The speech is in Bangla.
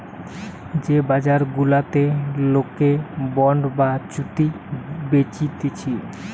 যে বাজার গুলাতে লোকে বন্ড বা চুক্তি বেচতিছে